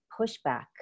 pushback